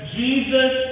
jesus